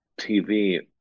TV